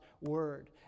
word